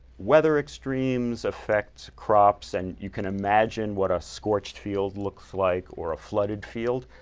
weather extremes affect crops and you can imagine what a scorched field looks like or a flooded field.